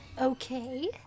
Okay